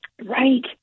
right